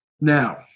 Now